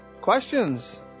questions